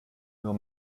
nur